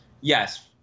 yes